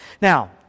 now